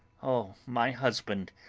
oh, my husband!